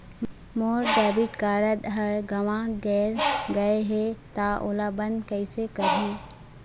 मोर debit card हर गंवा गैर गए हे त ओला बंद कइसे करहूं?